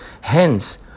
Hence